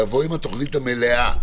לבוא עם התוכנית המלאה,